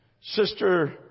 Sister